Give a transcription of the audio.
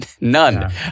None